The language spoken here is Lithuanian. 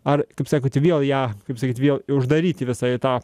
ar kaip sakote vėl ją kaip sakyt vėl uždaryti visą į tą